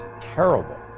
terrible